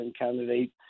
candidate